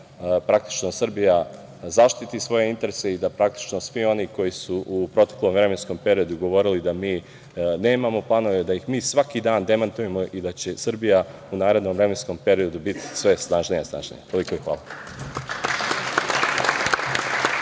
da Srbija zaštiti svoje interese i da svi oni koji su u proteklom vremenskom periodu govorili da mi nemamo planove, da ih mi svaki dan demantujemo i da će Srbija u narednom vremenskom periodu biti sve snažnija i snažnija. Hvala.